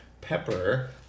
Pepper